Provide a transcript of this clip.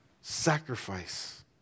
sacrifice